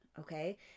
Okay